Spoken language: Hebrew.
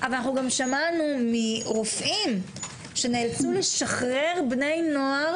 אבל גם שמענו מרופאים שנאלצו לשחרר בני נוער